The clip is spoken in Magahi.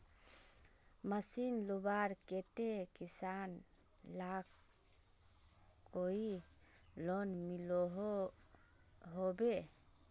मशीन लुबार केते किसान लाक कोई लोन मिलोहो होबे?